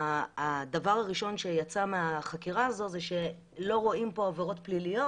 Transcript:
הדבר הראשון שיצא מהחקירה הזו זה שלא רואים פה עבירות פליליות.